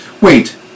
Wait